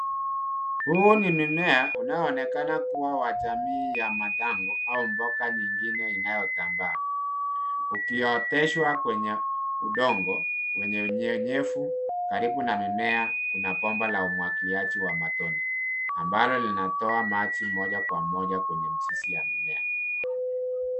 Huu ni mimea unaoonekana kua wa jamii ya matango au mboga mingine inayotambaa ukioteshwa kwenye udongo wenye unyenyevu karibu na mimea kuna bomba la umwagiliaji wa matone ambalo linatoa maji moja kwa moja kwenye mzizi ya mimea.